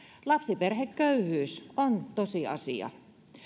lapsiperheköyhyys on tosiasia